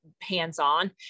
hands-on